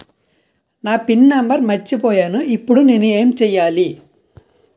నా pin number మర్చిపోయాను ఇప్పుడు నేను ఎంచేయాలి?